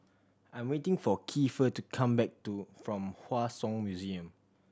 I'm waiting for Keifer to come back to from Hua Song Museum